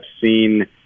seen